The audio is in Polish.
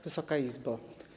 Wysoka Izbo!